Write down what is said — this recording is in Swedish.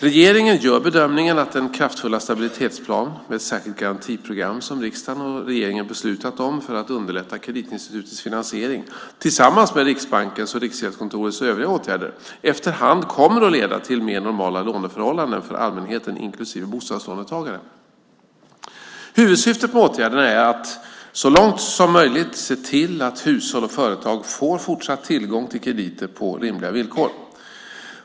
Regeringen gör bedömningen att den kraftfulla stabilitetsplan med ett särskilt garantiprogram som riksdagen och regeringen beslutat om för att underlätta kreditinstitutens finansiering, tillsammans med Riksbankens och Riksgäldskontorets övriga åtgärder, efter hand kommer att leda till mer normala låneförhållanden för allmänheten inklusive bostadslåntagare. Huvudsyftet med åtgärderna är att så långt som möjligt se till att hushåll och företag får fortsatt tillgång till krediter på rimliga villkor.